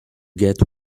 get